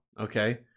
Okay